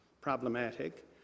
problematic